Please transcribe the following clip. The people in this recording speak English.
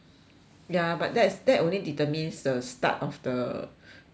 ya but that is that only determines the start of the chat mah